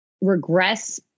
regress